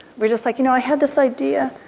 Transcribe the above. we're just like, you know, i had this idea,